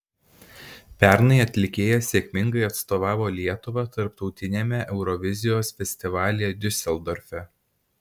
pernai atlikėja sėkmingai atstovavo lietuvą tarptautiniame eurovizijos festivalyje diuseldorfe